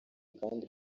kandi